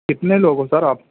کتنے لوگ ہو سر آپ